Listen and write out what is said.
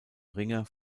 ringer